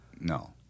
no